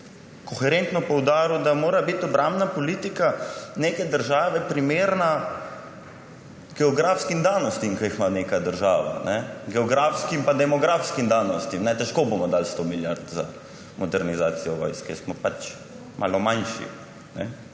koherentno poudaril, da mora biti obrambna politika neke države primerna geografskim danostim, ki jih ima neka država. Geografskim pa demografskim danostim. Težko bomo dali 100 milijard za modernizacijo vojske, smo pač malo manjši.